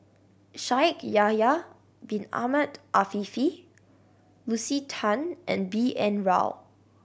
Shaikh Yahya Bin Ahmed Afifi Lucy Tan and B N Rao